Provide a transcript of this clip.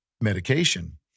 medication